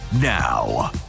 now